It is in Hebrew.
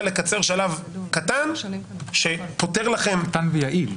לקצר שלב קטן שפותר לכם -- קטן ויעיל.